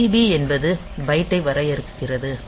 DB என்பது பைட்டை வரையறுக்கிறது